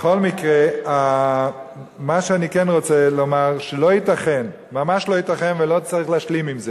בכל מקרה, לא ייתכן ולא צריך להשלים עם זה,